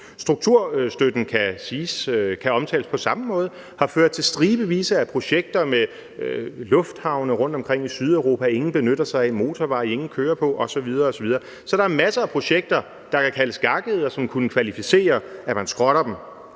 strukturstøtten. Den har ført til stribevis af projekter med opførelse af lufthavne rundtomkring i Sydeuropa, som ingen benytter sig af, og motorveje, som ingen kører på osv. osv. Så der er masser af projekter, der kan kaldes gakkede, og som kunne kvalificere, at man skrotter den.